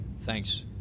Thanks